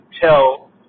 tell